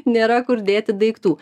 nėra kur dėti daiktų